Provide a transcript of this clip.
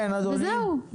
וזהו.